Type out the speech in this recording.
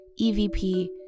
EVP